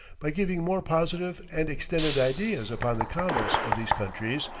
by giving more positive and extended ideas upon the commerce of these countries,